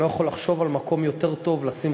אני לא יכול לחשוב על מקום יותר טוב לשים